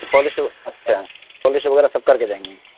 polish اچھا polish وغیرہ سب کر کے دیں گے